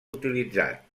utilitzat